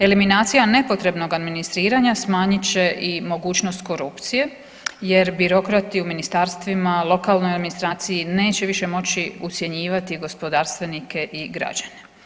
Eliminacija nepotrebnog administriranja smanjit će i mogućnost korupcije jer birokrati u ministarstvima, lokalnoj administraciji neće više moći ucjenjivati gospodarstvenike i građane.